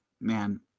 man